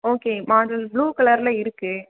okay model blue கலரில் இருக்குது